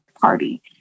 party